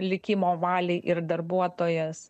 likimo valiai ir darbuotojas